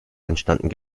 entstanden